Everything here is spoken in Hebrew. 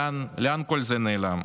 לאן כל זה נעלם,